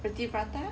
roti prata